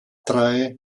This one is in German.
drei